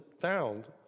found